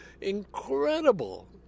incredible